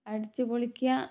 അടിച്ച് പൊളിക്കുക